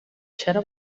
چرا